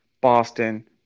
Boston